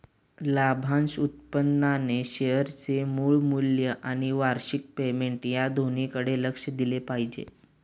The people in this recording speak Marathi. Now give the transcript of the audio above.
लाभांश उत्पन्नाने शेअरचे मूळ मूल्य आणि वार्षिक पेमेंट या दोन्हीकडे लक्ष दिले पाहिजे